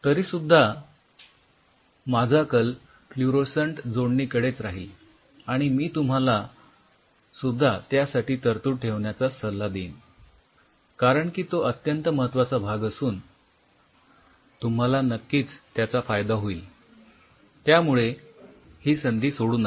तरिसुद्द्धा माझा कल फ्लुरोसन्ट जोडणीकडे राहील आणि मी तुम्हाला सुद्धा त्यासाठी तरतूद ठेवण्याचाच सल्ला देईन कारण की तो अत्यंत महत्वाचा भाग असून तुम्हाला नक्कीच त्याचा फायदा होईल त्यामुळे ही संधी सोडू नका